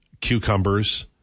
cucumbers